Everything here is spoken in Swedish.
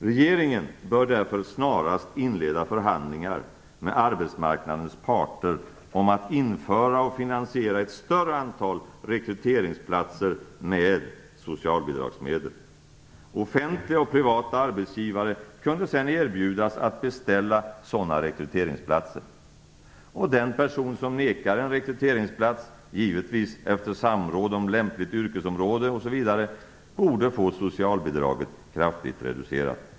Regeringen bör därför snarast inleda förhandlingar med arbetsmarknadens parter om att införa och finansiera ett större antal rekryteringsplatser med socialbidragsmedel. Offentliga och privata arbetsgivare kunde sedan erbjudas att beställa sådana rekryteringsplatser, och den person som nekar en rekryteringsplats - givetvis efter samråd om lämpligt yrkesområde osv. - borde få socialbidraget kraftigt reducerat.